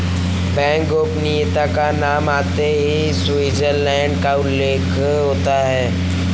bank गोपनीयता का नाम आते ही स्विटजरलैण्ड का उल्लेख होता हैं